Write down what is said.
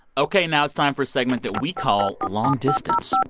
ok, now it's time for a segment that we call ah long distance ah